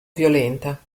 violenta